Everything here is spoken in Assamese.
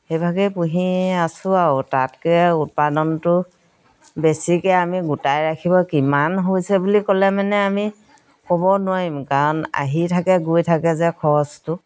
সেইভাগেই পুহি আছোঁ আৰু তাতকে উৎপাদনটো বেছিকৈ আমি গোটাই ৰাখিব কিমান হৈছে বুলি ক'লে মানে আমি ক'ব নোৱাৰিম কাৰণ আহি থাকে গৈ থাকে যে খৰচটো